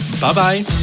Bye-bye